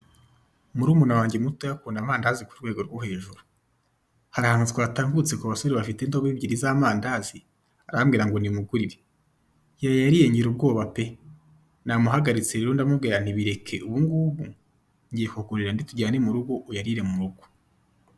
Murumuna wanjye mutoya akunda amandazi ku rwego rwo hejuru, hari ahantu twatambutse ku basore bafite indobo ebyiri z'amandazi arambwira ngo nimugurire, yayariye ngira ubwoba pe! Namuhagaritse rero ndamubwira nti bireke ubungubu ngiye kukugurira andi tujyane mu rugo uyarire mu rugo.